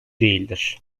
değildir